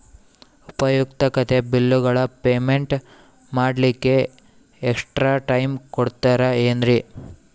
ಉಪಯುಕ್ತತೆ ಬಿಲ್ಲುಗಳ ಪೇಮೆಂಟ್ ಮಾಡ್ಲಿಕ್ಕೆ ಎಕ್ಸ್ಟ್ರಾ ಟೈಮ್ ಕೊಡ್ತೇರಾ ಏನ್ರಿ?